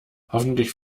hoffentlich